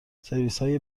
سرویسهای